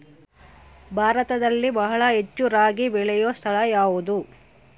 ಭಾರತದಲ್ಲಿ ಬಹಳ ಹೆಚ್ಚು ರಾಗಿ ಬೆಳೆಯೋ ಸ್ಥಳ ಯಾವುದು?